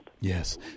Yes